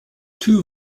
two